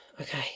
okay